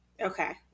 Okay